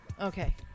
Okay